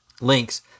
links